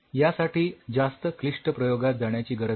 यासाठी जास्त क्लिष्ठ प्रयोगात जाण्याची गरज नाही